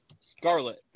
Scarlet